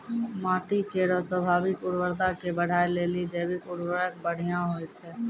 माटी केरो स्वाभाविक उर्वरता के बढ़ाय लेलि जैविक उर्वरक बढ़िया होय छै